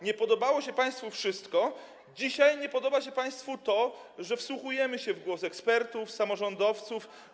Nie podobało się państwu wszystko, dzisiaj nie podoba się państwu to, że wsłuchujemy się w głos ekspertów, samorządowców.